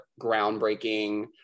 groundbreaking